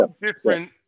different